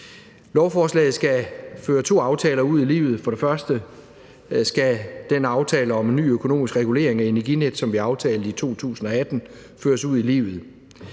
Lovforslaget skal føre to aftaler ud i livet. For det første skal den aftale om en ny økonomisk regulering af Energinet, som vi aftalte i 2018, føres ud i livet.